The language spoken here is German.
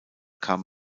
kam